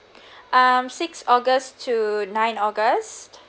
um sixth august to ninth august